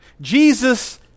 Jesus